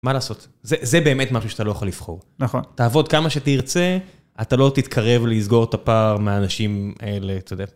מה לעשות? זה באמת משהו שאתה לא יכול לבחור. נכון. תעבוד כמה שתרצה, אתה לא תתקרב לסגור את הפער מאנשים האלה, 'תה יודע.